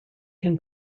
can